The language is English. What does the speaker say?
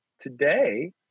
today